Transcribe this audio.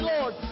Lord